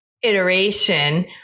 iteration